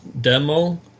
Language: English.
demo